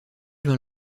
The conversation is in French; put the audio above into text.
vint